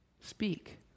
speak